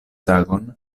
tagon